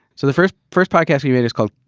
so the first, first podcast we made is called,